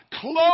close